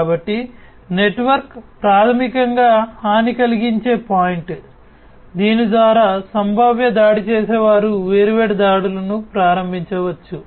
కాబట్టి నెట్వర్క్ ప్రాథమికంగా హాని కలిగించే పాయింట్ దీని ద్వారా సంభావ్య దాడి చేసేవారు వేర్వేరు దాడులను ప్రారంభించవచ్చు